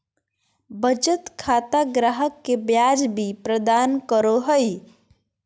बचत खाता ग्राहक के ब्याज भी प्रदान करो हइ